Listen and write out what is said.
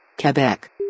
Quebec